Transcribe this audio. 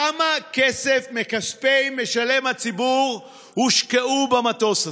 כמה כסף מכספי משלם הציבור הושקע במטוס הזה?